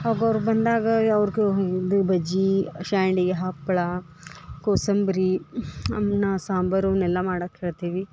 ಆಗ್ ಅವ್ರು ಬಂದಾಗ ಅವ್ರ್ಗ ಇದ ಬಜ್ಜಿ ಶ್ಯಾಂಡ್ಗಿ ಹಪ್ಳ ಕೋಸಂಬರಿ ಅನ್ನ ಸಾಂಬರು ಇವ್ನೆಲ್ಲ ಮಾಡಕ್ಕೆ ಹೇಳ್ತೀವಿ